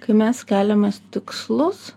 kai mes keliamės tikslus